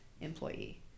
employee